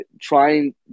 trying